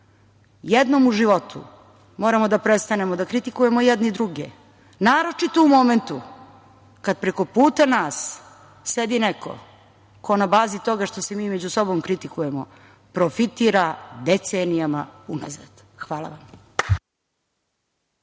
Jednom u životu moramo da prestanemo da kritikujemo jedni druge, naročito u momentu kada prekoputa nas sedi neko ko na bazi toga što se mi među sobom kritikujemo profitira decenijama unazad. Hvala vam.